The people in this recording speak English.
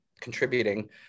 contributing